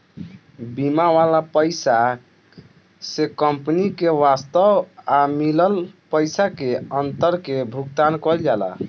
बीमा वाला पइसा से कंपनी के वास्तव आ मिलल पइसा के अंतर के भुगतान कईल जाला